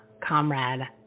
Comrade